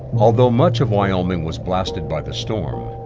although much of wyoming was blasted by the storm,